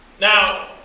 Now